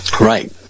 Right